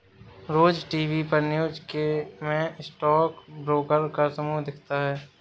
रोज TV पर news में stock broker का समूह दिखता है